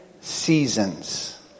seasons